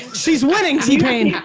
she's winning t-pain. yeah